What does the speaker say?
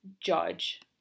judge